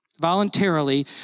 voluntarily